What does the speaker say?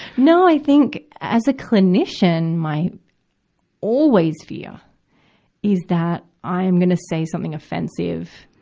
no. i think, as a clinician, my always fear is that i'm gonna say something offensive.